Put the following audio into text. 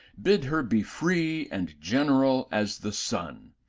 bid her be free and general as the sun,